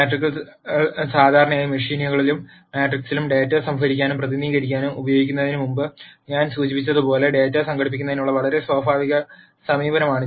മാട്രിക്സുകൾ സാധാരണയായി മെഷീനുകളിലും മാട്രിക്സിലും ഡാറ്റ സംഭരിക്കാനും പ്രതിനിധീകരിക്കാനും ഉപയോഗിക്കുന്നതിന് മുമ്പ് ഞാൻ സൂചിപ്പിച്ചതുപോലെ ഡാറ്റ സംഘടിപ്പിക്കുന്നതിനുള്ള വളരെ സ്വാഭാവിക സമീപനമാണ്